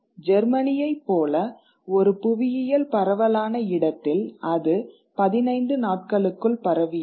ஜெர்மனியைப் போல ஒரு புவியியல் பரவலான இடத்தில் அது 15 நாட்களுக்குள் பரவியது